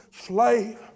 slave